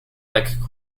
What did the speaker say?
like